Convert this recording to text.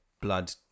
blood